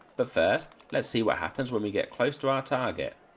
but first let's see what happens when we get close to our target.